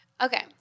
Okay